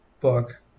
book